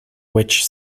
which